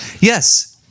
Yes